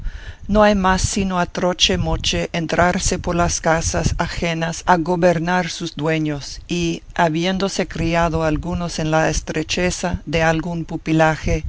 no hay más sino a troche moche entrarse por las casas ajenas a gobernar sus dueños y habiéndose criado algunos en la estrecheza de algún pupilaje